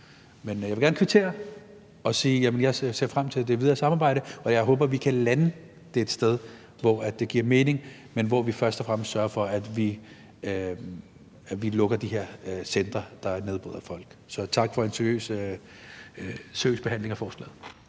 Men jeg vil gerne kvittere og sige, at jeg ser frem til det videre samarbejde, og jeg håber, at vi kan lande det et sted, hvor det giver mening, men hvor vi først og fremmest sørger for, at vi lukker de her centre, der nedbryder folk. Så tak for en seriøs behandling af forslaget.